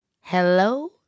Hello